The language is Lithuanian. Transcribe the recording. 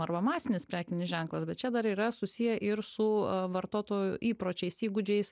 arba masinis prekinis ženklas bet čia dar yra susiję ir su vartotojų įpročiais įgūdžiais